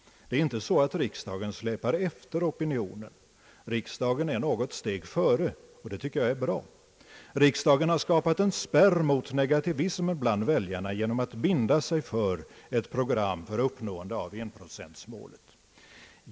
Det är inte så att riksdagen släpar efter opinionen. Riksdagen är något steg före, och det tycker jag är bra. Riksdagen har skapat en spärr mot negativismen bland väljarna genom att binda sig för ett program för uppnående av enprocentsmålet.